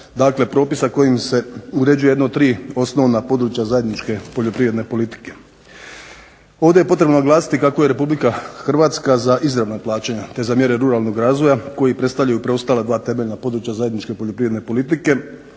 dakle propisa kojim se uređuju jedno tri osnovna područja zajedničke poljoprivredne politike. Ovdje je potrebno naglasiti kako je Republika Hrvatska za izravna plaćanja te za mjere ruralnog razvoja koji predstavljaju preostala dva temeljna područja zajedničke poljoprivredne politike